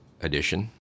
edition